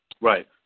Right